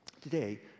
today